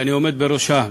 שאני עומד בראשה,